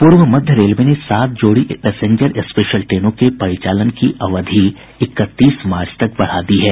पूर्व मध्य रेलवे ने सात जोड़ी पैसेंजर स्पेशल ट्रेनों के परिचालन की अवधि इकतीस मार्च तक बढ़ा दी है